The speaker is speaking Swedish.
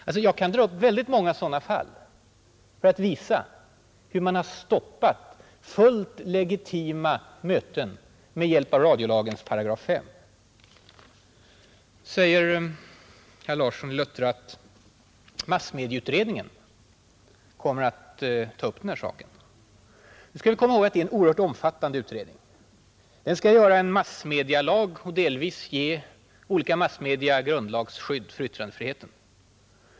Jag skulle kunna dra fram väldigt många sådana här fall för att visa hur man har stoppat fullt legitima möten med hjälp av radiolagens § 5. Herr Larsson i Luttra säger att massmediautredningen kommer att ta upp den här saken. Nu skall vi komma ihåg att det är en oerhört omfattande utredning. Den skall göra en massmedialag och vidga grundlagsskyddet för yttrandefriheten.